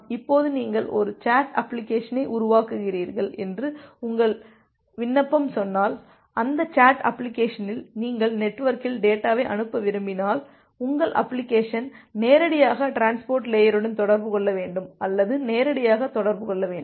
இப்போது நீங்கள் ஒரு சேட் அப்ளிகேஷனை உருவாக்குகிறீர்கள் என்று உங்கள் விண்ணப்பம் சொன்னால் அந்த சேட் அப்ளிகேஷனில் நீங்கள் நெட்வொர்க்கில் டேட்டாவை அனுப்ப விரும்பினால் உங்கள் அப்ளிகேஷன் நேரடியாக டிரான்ஸ்போர்ட் லேயருடன் தொடர்பு கொள்ள வேண்டும் அல்லது நேரடியாக தொடர்பு கொள்ள வேண்டும்